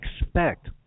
expect